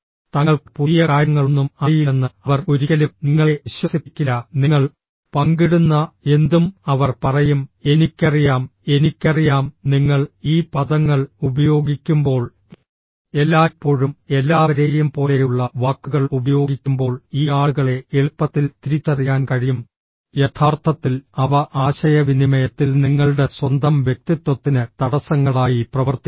തങ്ങൾക്ക് പുതിയ കാര്യങ്ങളൊന്നും അറിയില്ലെന്ന് അവർ ഒരിക്കലും നിങ്ങളെ വിശ്വസിപ്പിക്കില്ല നിങ്ങൾ പങ്കിടുന്ന എന്തും അവർ പറയും എനിക്കറിയാം എനിക്കറിയാം നിങ്ങൾ ഈ പദങ്ങൾ ഉപയോഗിക്കുമ്പോൾ എല്ലായ്പ്പോഴും എല്ലാവരേയും പോലെയുള്ള വാക്കുകൾ ഉപയോഗിക്കുമ്പോൾ ഈ ആളുകളെ എളുപ്പത്തിൽ തിരിച്ചറിയാൻ കഴിയും യഥാർത്ഥത്തിൽ അവ ആശയവിനിമയത്തിൽ നിങ്ങളുടെ സ്വന്തം വ്യക്തിത്വത്തിന് തടസ്സങ്ങളായി പ്രവർത്തിക്കുന്നു